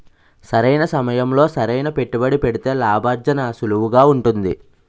సరైన సమయంలో సరైన పెట్టుబడి పెడితే లాభార్జన సులువుగా ఉంటుంది